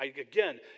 Again